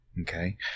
okay